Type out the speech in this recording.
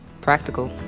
practical